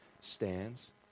stands